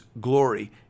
glory